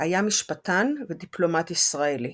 היה משפטן ודיפלומט ישראלי.